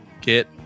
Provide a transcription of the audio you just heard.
get